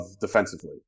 defensively